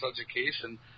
education